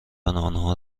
آنها